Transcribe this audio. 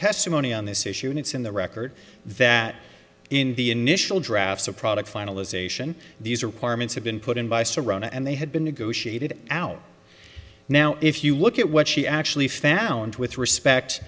testimony on this issue and it's in the record that in the initial drafts of product finalization these requirements had been put in by saran and they had been negotiated out now if you look at what she actually found with respect